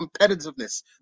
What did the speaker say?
competitiveness